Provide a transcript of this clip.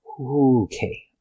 Okay